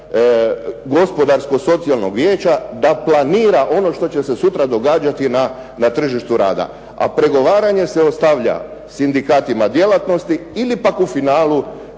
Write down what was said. gospodarsko socijalnog vijeća da planira ono što će se sutra događati na tržištu rada, a pregovaranje se ostavlja sindikatima djelatnosti ili se pak u finalu